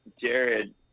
Jared